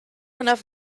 enough